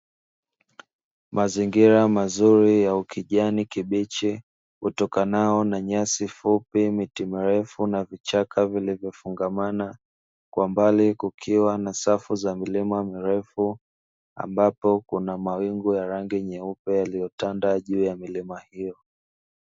Mazingira mazuri ya kijani kibichi hutokanao na nyasi fupi miti marefu na vichaka vilivyofungamana kwa mbali kukiwa na safu za milima mirefu ambapo kuna mawingu ya rangi nyeupe yaliyotanda juu ya milima hiyo.